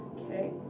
Okay